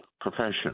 profession